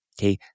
okay